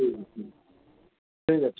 ٹھیک ہے ٹھیک ہے اچھا